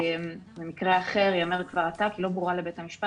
במקרה אחר היא אומרת: "לא ברורה לבית המשפט